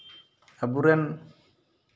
ᱟᱹᱵᱩᱨᱮᱱ